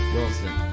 Wilson